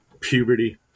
puberty